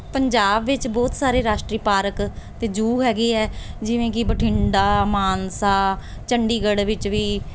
ਪੰਜਾਬ ਵਿੱਚ ਬਹੁਤ ਸਾਰੇ ਰਾਸ਼ਟਰੀ ਪਾਰਕ ਅਤੇ ਜੂ ਹੈਗੇ ਹੈ ਜਿਵੇਂ ਕਿ ਬਠਿੰਡਾ ਮਾਨਸਾ ਚੰਡੀਗੜ੍ਹ ਵਿੱਚ ਵੀ